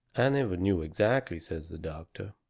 i never knew exactly, says the doctor.